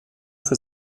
für